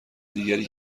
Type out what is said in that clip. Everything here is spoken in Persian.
دیگری